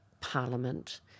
Parliament